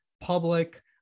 public